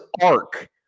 arc